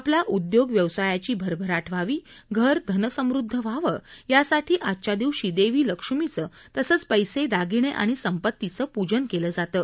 आपल्या उदयोग व्यवसायाची भरभराट व्हावी धर धनसमृद्ध व्हावं यासाठी आजच्या दिवशी देवी लक्ष्मीचं तसंच पैसे दागिने आणि संपत्तीचं प्रजन केलं जातं